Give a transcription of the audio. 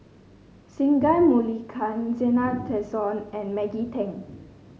Singai Zena Tessensohn and Maggie Teng